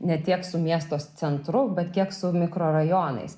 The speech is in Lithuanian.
ne tiek su miesto centru bet kiek su mikrorajonais